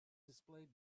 displayed